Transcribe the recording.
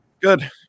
Good